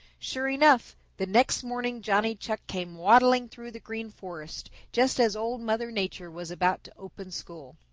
sure enough, the next morning johnny chuck came waddling through the green forest just as old mother nature was about to open school.